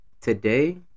today